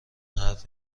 حرف